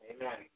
Amen